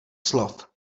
slov